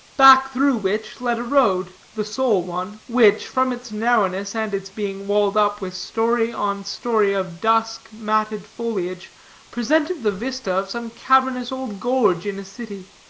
back through which led a road, the sole one, which, from its narrowness, and its being walled up with story on story of dusk, matted foliage presented the vista of some cavernous old gorge in a city,